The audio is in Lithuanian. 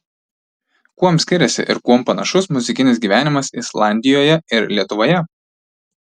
kuom skiriasi ir kuom panašus muzikinis gyvenimas islandijoje ir lietuvoje